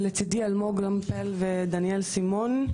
לצדי אלמוג למפל ודניאל סימון,